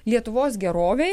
lietuvos gerovei